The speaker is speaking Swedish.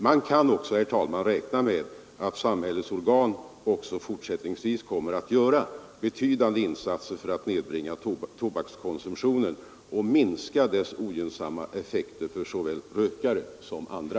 Man kan, herr talman, räkna med att samhällets organ också fortsättningsvis kommer att göra betydande insatser för att nedbringa tobakskonsumtionen och minska dess ogynnsamma effekter på såväl rökare som andra.